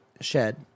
shed